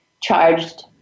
charged